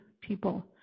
people